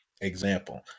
example